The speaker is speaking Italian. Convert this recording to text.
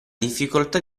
difficoltà